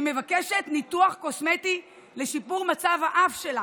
והיא מבקשת ניתוח קוסמטי לשיפור מצב האף שלה.